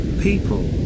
People